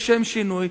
לשם שינוי,